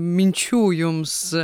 minčių jums